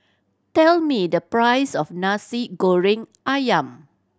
tell me the price of Nasi Goreng Ayam